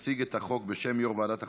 תציג את החוק, בשם יו"ר ועדת החוקה,